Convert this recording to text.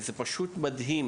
מדהים